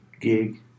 gig